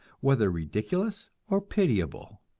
whether ridiculous or pitiable.